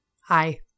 Hi